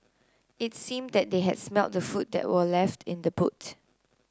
it seemed that they had smelt the food that were left in the boot